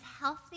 healthy